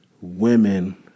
women